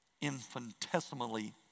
infinitesimally